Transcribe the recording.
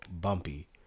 bumpy